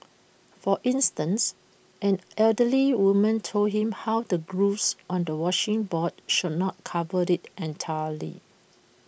for instance an elderly woman told him how the grooves on A washing board should not covered IT entirely